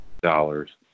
dollars